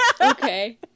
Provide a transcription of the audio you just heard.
Okay